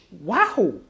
Wow